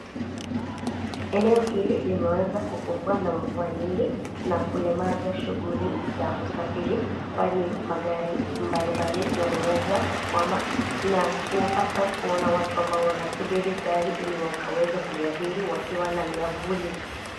Eneo hili limeweza kukumbwa na mvua ningi na kulemaza shughuli za uafiri kwani magari mbalimbali yameweza kukwama na tunapatakuona watu wanaosubiri gari ili wakaweze kuliabiri wakiwa na miavuli.